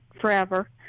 forever